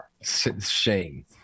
Shame